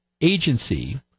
agency